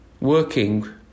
Working